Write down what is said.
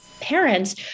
parents